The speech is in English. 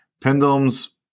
pendulums